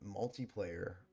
multiplayer